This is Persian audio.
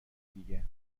دیگه